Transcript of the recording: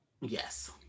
yes